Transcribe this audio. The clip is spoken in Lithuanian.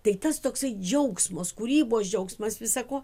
tai tas toksai džiaugsmas kūrybos džiaugsmas visa ko